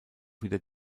wieder